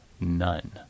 None